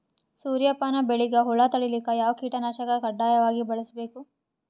ಸೂರ್ಯಪಾನ ಬೆಳಿಗ ಹುಳ ತಡಿಲಿಕ ಯಾವ ಕೀಟನಾಶಕ ಕಡ್ಡಾಯವಾಗಿ ಬಳಸಬೇಕು?